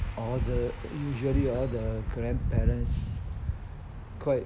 all the usually all the grandparents quite